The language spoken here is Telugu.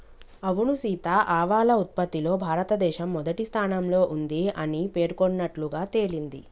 అవును సీత ఆవాల ఉత్పత్తిలో భారతదేశం మొదటి స్థానంలో ఉంది అని పేర్కొన్నట్లుగా తెలింది